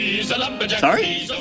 Sorry